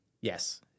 Yes